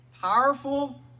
powerful